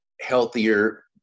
healthier